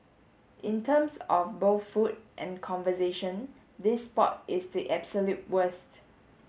in terms of both food and conversation this spot is the absolute worst